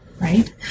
Right